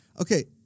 Okay